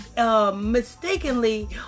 mistakenly